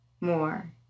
more